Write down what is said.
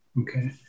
okay